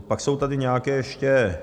Pak jsou tady nějaké ještě...